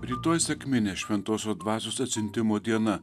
rytoj sekminės šventosios dvasios atsiuntimo diena